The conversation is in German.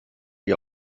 ihr